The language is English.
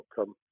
outcome